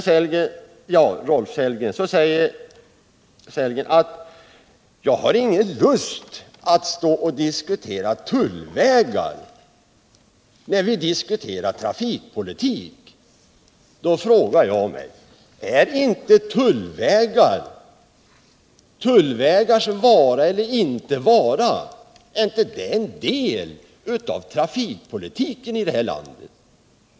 Rolf Sellgren säger att han har ingen lust att stå och diskutera tullvägar när vidiskuterar trafikpolitik. Då frågar jag mig: Är inte frågan om tullvägars vara eller inte vara en del av trafikpolitiken i det här landet?